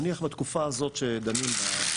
נניח בתקופה הזאת שדנים בה,